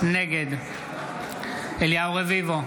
נגד אליהו רביבו,